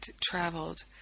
traveled